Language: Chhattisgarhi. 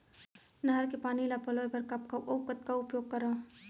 नहर के पानी ल पलोय बर कब कब अऊ कतका उपयोग करंव?